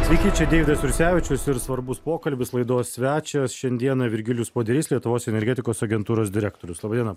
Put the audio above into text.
sveiki čia deividas jursevičius ir svarbus pokalbis laidos svečias šiandieną virgilijus poderys lietuvos energetikos agentūros direktorius laba diena